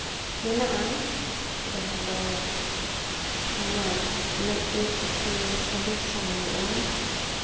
ᱢᱮᱱᱟᱜᱼᱟ ᱡᱟᱦᱟᱸ ᱫᱚ ᱤᱧᱟᱹᱜ ᱢᱮᱫ ᱨᱮ ᱠᱤᱪᱷᱩ ᱥᱚᱢᱚᱥᱥᱟ ᱦᱩᱭᱩᱜᱼᱟ